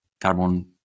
carbon